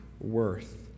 worth